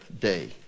day